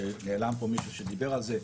שנעלם פה מישהו שדיבר על זה,